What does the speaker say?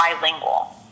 bilingual